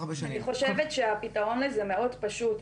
הרבה שנים -- אני חושבת שהפתרון לזה מאוד פשוט,